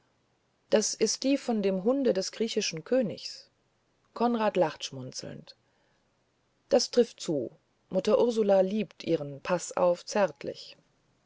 das ist die von dem hunde des griechischen königs konrad lacht schmunzelnd das trifft zu mutter ursula liebt ihren paßauf zärtlich